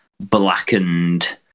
blackened